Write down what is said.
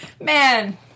man